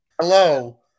Hello